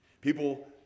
People